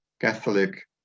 Catholic